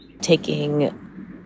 taking